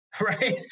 right